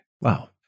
Wow